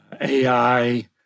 AI